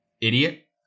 idiot